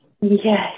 Yes